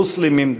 מוסלמים,